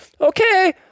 Okay